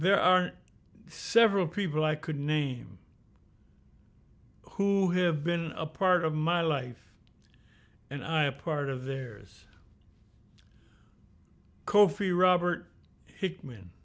there are several people i could name who have been a part of my life and i a part of theirs cofee robert hickman